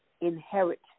inherit